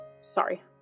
Sorry